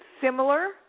similar